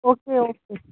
okay okay